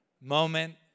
moment